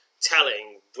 telling